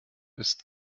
ist